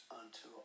unto